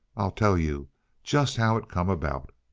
i'll tell you just how it come about.